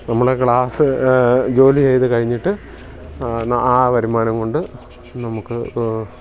നമ്മള ക്ലാസ് ജോലി ചെയ്തു കഴിഞ്ഞിട്ട് ആ വരുമാനം കൊണ്ട് നമുക്ക്